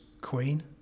Queen